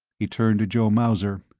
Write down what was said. he turned to joe mauser.